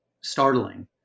startling